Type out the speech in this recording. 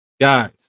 guys